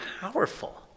powerful